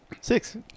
Six